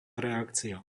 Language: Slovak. reakcia